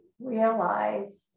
realized